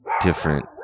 different